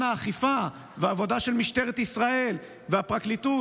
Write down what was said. האכיפה והעבודה של משטרת ישראל והפרקליטות.